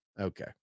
Okay